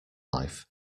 life